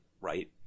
right